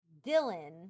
Dylan